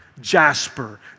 jasper